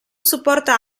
supporta